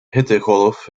hittegolf